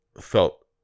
felt